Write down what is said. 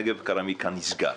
מפעל נגב קרמיקה נסגר.